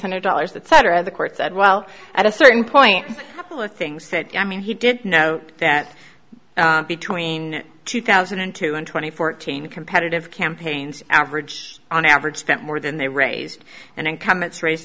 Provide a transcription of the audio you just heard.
hundred dollars that cetera the court said well at a certain point things said i mean he did know that between two thousand and two and twenty fourteen competitive campaigns average on average that more than they raised and income it's raised